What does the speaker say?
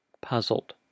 puzzled